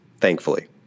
thankfully